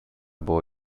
było